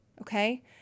okay